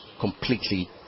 Completely